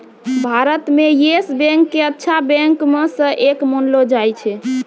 भारत म Yes Bank क अच्छा बैंक म स एक मानलो जाय छै